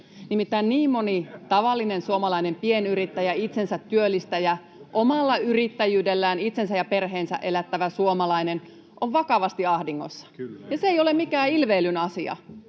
Nimittäin niin moni tavallinen suomalainen pienyrittäjä ja itsensätyöllistäjä, omalla yrittäjyydellään itsensä ja perheensä elättävä suomalainen, on vakavasti ahdingossa, ja se ei ole mikään ilveilyn asia.